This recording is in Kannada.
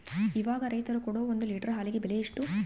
ಇವಾಗ ರೈತರು ಕೊಡೊ ಒಂದು ಲೇಟರ್ ಹಾಲಿಗೆ ಬೆಲೆ ಎಷ್ಟು?